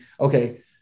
okay